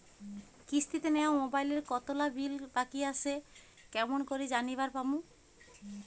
কিস্তিতে নেওয়া মোবাইলের কতোলা বিল বাকি আসে কেমন করি জানিবার পামু?